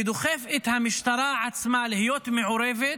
ודוחף את המשטרה עצמה להיות מעורבת.